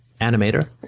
animator